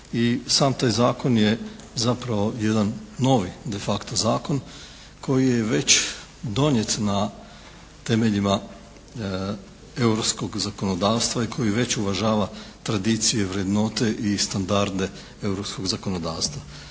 sam taj zakon je zapravo jedan novi de facto zakon koji je već donijet na temeljima europskog zakonodavstva i koji već uvažava tradicije, vrednote i standarde europskog zakonodavstva.